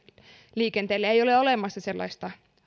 ja lentoliikenteellä ei ole olemassa sellaista